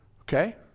Okay